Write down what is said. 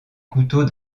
couteaux